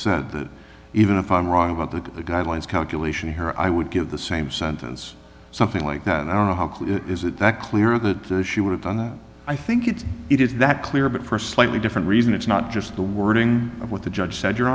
said that even if i'm wrong about the guidelines calculation here i would give the same sentence something like that and i don't know how is it that clear that she would have done that i think it's it is that clear but for slightly different reason it's not just the wording of what the judge said your